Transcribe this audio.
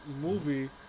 movie